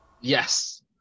Yes